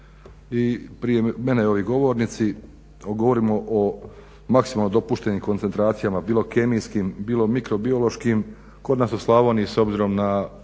i prije mene ovi govornici, govorimo o maksimalno dopuštenim koncentracijama bilo kemijskim, bilo mikro-biološkim, kod nas u Slavoniji, s obzirom na